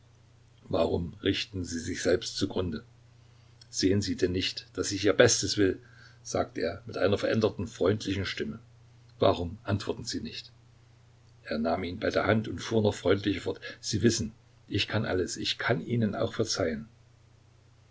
warum richten sie sich selbst zugrunde sehen sie denn nicht daß ich ihr bestes will sagte er mit einer veränderten freundlichen stimme warum antworten sie nicht er nahm ihn bei der hand und fuhr noch freundlicher fort sie wissen ich kann alles ich kann ihnen auch verzeihen